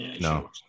No